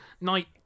Night